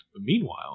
Meanwhile